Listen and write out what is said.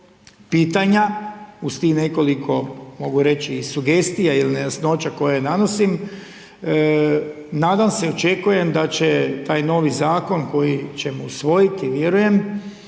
mogu reći sugestija ili nejasnoća koje nanosim, nadam se očekujem da će taj novi zakon, koji ćemo usvojiti, vjerujem,